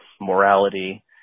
morality